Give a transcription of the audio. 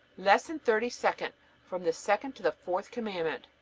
lesson thirty-second from the second to the fourth commandment